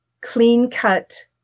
clean-cut